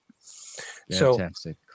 Fantastic